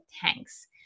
tanks